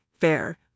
Fair